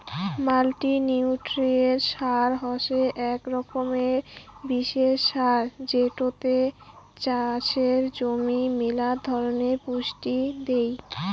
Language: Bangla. মাল্টিনিউট্রিয়েন্ট সার হসে আক রকমের বিশেষ সার যেটোতে চাষের জমি মেলা ধরণের পুষ্টি দেই